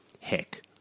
Heck